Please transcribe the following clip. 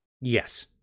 Yes